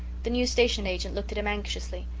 the new station agent looked at him anxiously.